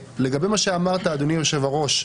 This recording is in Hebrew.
לגבי מה שאמרת, אדוני יושב-הראש,